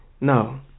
No